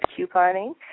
couponing